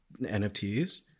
nfts